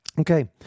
okay